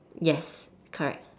yes correct